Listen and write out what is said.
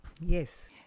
Yes